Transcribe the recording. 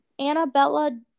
annabella